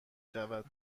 شود